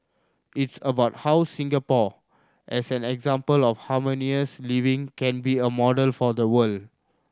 it's about how Singapore as an example of harmonious living can be a model for the world